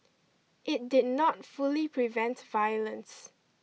it did not fully prevent violence